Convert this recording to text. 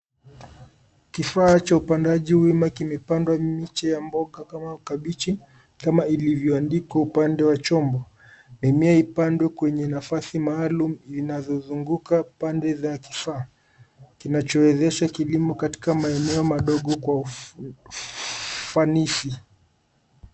Kifaa cha upandaji wima kimepandwa miche ya mboga kama kabichi kama ilivyoandikwa upande wa chombo. Mimea ipandwe kwenye nafasi maalum inazozunguka pande za kifaa, kinachowezesha kilimo katika maeneo madogo kwa ufanisi.